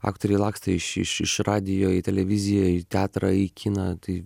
aktoriai lakstė iš iš iš radijo į televiziją į teatrą į kiną tai